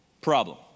problem